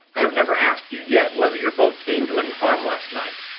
i have never asked you yet whether your boat came to any harm last night.